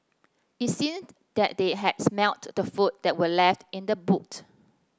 it seemed that they had smelt the food that were left in the boot